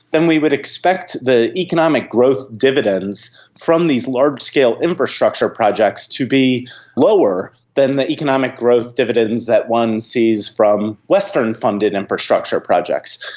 then we would expect the economic growth dividends from these large-scale infrastructure projects to be lower than the economic growth dividends that one sees from western funded infrastructure projects.